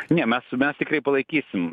ne mes mes tikrai palaikysim